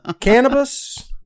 Cannabis